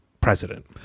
President